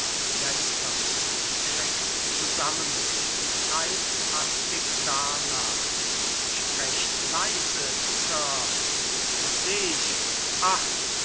zusammen und greift hastig darnach sprecht leise sir was seh ich ach